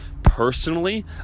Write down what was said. Personally